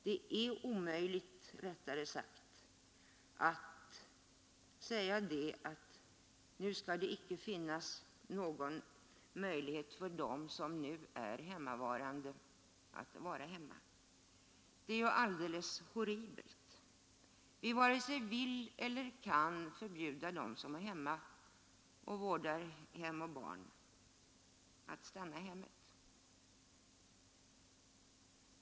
Det är omöjligt, rättare sagt, att föreskriva att det inte skall finnas någon möjlighet för dem som nu är hemmavarande att vara hemma. Det är ju alldeles horribelt! Vi varken vill eller kan förbjuda dem som är hemma och vårdar hem och barn att stanna hemma.